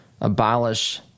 abolish